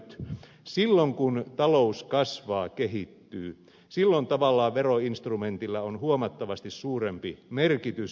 silloin kun talous kasvaa kehittyy silloin tavallaan veroinstrumentilla on huomattavasti suurempi merkitys